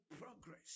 progress